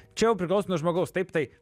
čia jau priklauso nuo žmogaus taip tai